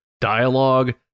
dialogue